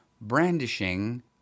brandishing